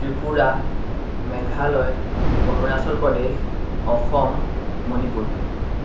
Tripura Meghalaya Arunachal Pradesh Assam Manipur